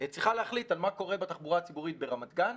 צריכה להחליט על מה קורה בתחבורה הציבורית ברמת גן,